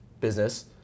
business